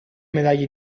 medaglie